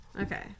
Okay